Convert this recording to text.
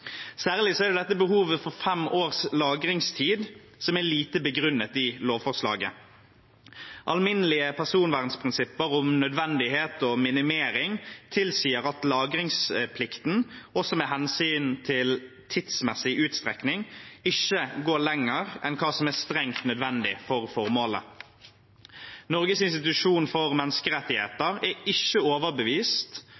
Særlig er det dette behovet for fem års lagringstid som er lite begrunnet i lovforslaget. Alminnelige personvernprinsipper om nødvendighet og minimering tilsier at lagringsplikten også med hensyn til tidsmessig utstrekning ikke går lenger enn hva som er strengt nødvendig for formålet. Norges institusjon for